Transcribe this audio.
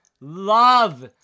love